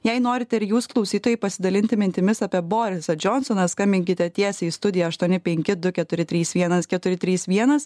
jei norite ir jūs klausytojai pasidalinti mintimis apie borisą džionsoną skambinkite tiesiai į studiją aštuoni penki du keturi trys vienas keturi trys vienas